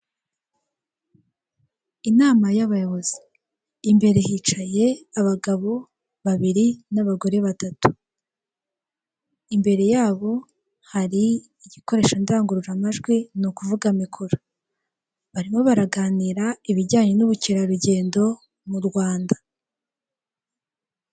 Inama y'abayobozi imbere hicaye abagabo babiri n'abagore batatu, imbere yabo hari igikoresho ndangururamajwi ni ukuvuga mikoro, barimo baraganira ibijyanye n'ubukerarugendo mu Rwanda.